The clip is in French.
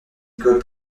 école